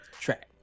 Track